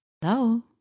Hello